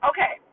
Okay